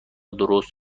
درست